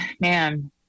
man